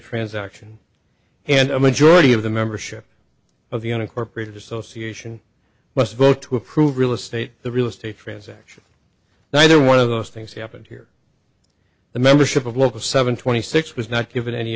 transaction and a majority of the membership of the on a corporate association must vote to approve real estate the real estate transaction neither one of those things happened here the membership of local seven twenty six was not given any